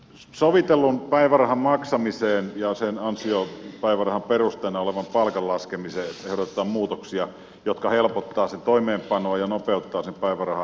sovitellun päivärahan maksamiseen ja sen ansiopäivärahan perusteena olevan palkan laskemiseen ehdotetaan muutoksia jotka helpottavat sen toimeenpanoa ja nopeuttavat päivärahahakemuksen käsittelyä